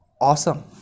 awesome